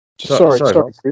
sorry